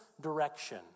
direction